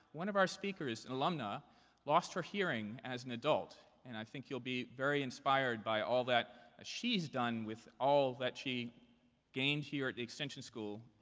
one of our speakers an alumna lost her hearing as an adult. and i think you'll be very inspired by all that she's done with all that she gained here at the extension school.